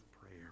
prayer